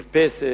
מרפסת,